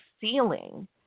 ceiling